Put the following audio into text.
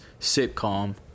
sitcom